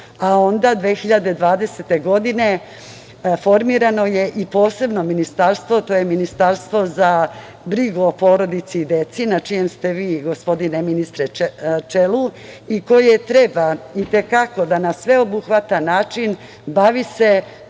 a onda 2020. godine formirano je i posebno ministarstvo, a to je Ministarstvo za brigu o porodici i deci, na čijem čelu ste vi, gospodine ministre, čelu i koje treba da na i te kako sveobuhvatan način bavi se